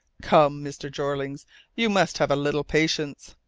come, mr. jeorling, you must have a little patience,